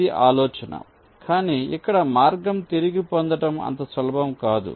ఇది ఆలోచన కానీ ఇక్కడ మార్గం తిరిగి పొందడం అంత సులభం కాదు